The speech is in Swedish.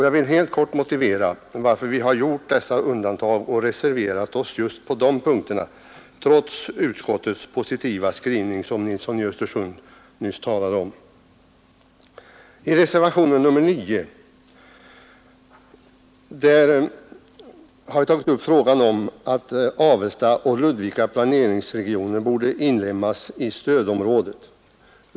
Jag vill helt kort motivera varför vi gjort dessa undantag och reserverat oss just på de punkterna, trots utskottets positiva skrivning, som herr Nilsson i Östersund nyss talade om. I reservationen 9 har vi tagit upp frågan om att Avesta och Ludvika planeringsregioner borde inlemmas i stödområdet.